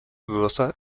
dudosa